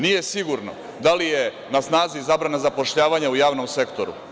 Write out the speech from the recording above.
Nije sigurno, da li je na snazi zabrana zapošljavanja u javnom sektoru.